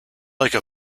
like